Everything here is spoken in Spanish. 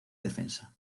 defensa